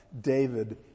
David